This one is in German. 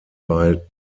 bei